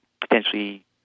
potentially